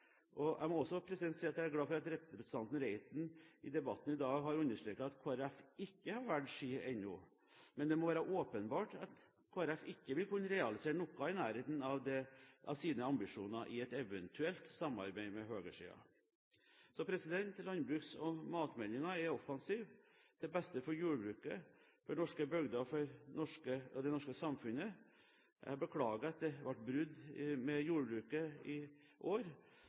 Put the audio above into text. jordbruket. Jeg må også si at jeg er glad for at representanten Reiten i debatten i dag har understreket at Kristelig Folkeparti ikke har valgt side ennå. Men det må være åpenbart at Kristelig Folkeparti ikke vil kunne realisere noe i nærheten av sine ambisjoner i et eventuelt samarbeid med høyresiden. Landbruks- og matmeldingen er offensiv, til beste for jordbruket, for norske bygder og for det norske samfunnet. Jeg beklager at det ble brudd med jordbruket i år,